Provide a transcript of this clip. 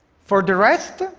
for the rest,